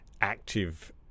active